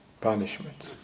punishment